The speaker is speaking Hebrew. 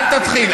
אל תתחיל.